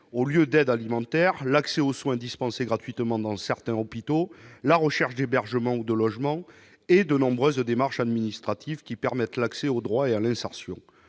aux lieux d'aide alimentaire et aux soins dispensés gratuitement dans certains hôpitaux, dans la recherche d'un hébergement ou d'un logement et dans de nombreuses démarches administratives permettant d'accéder aux droits et à l'insertion.